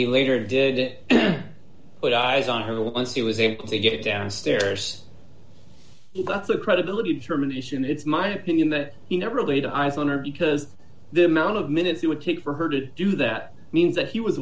he later did it and put eyes on her once he was able to get downstairs that's a credibility determination it's my opinion that he never laid eyes on her because the amount of minutes he would take for her to do that means that he was